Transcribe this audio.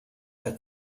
der